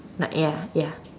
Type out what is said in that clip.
not ya ya